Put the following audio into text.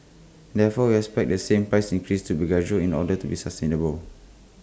therefore we expect the price increase to be gradual in order to be sustainable